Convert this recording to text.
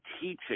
teaching